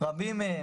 - רבים מהם,